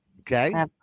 okay